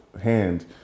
hand